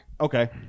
okay